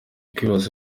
kwibaza